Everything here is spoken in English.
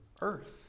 earth